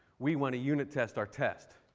we want to unit test our test.